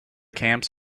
camps